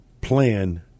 plan